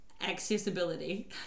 accessibility